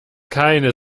keine